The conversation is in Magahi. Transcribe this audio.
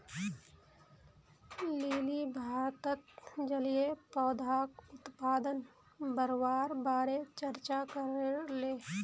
लिली भारतत जलीय पौधाक उत्पादन बढ़वार बारे चर्चा करले